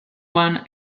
one